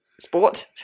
Sport